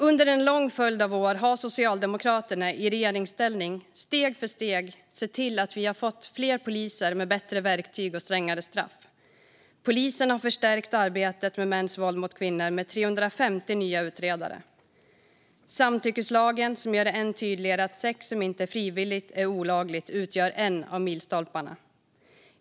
Under en lång följd av år har Socialdemokraterna i regeringsställning steg för steg sett till att vi har fått fler poliser med bättre verktyg och strängare straff. Polisen har förstärkt arbetet med mäns våld mot kvinnor med 350 nya utredare. Samtyckeslagen, som gör det än tydligare att sex som inte är frivilligt är olagligt, utgör en av milstolparna.